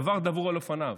דבר דבור על אופניו.